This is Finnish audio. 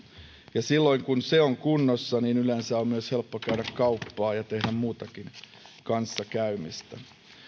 ja silloin kun se on kunnossa yleensä on myös helppo käydä kauppaa ja tehdä muutakin kanssakäymistä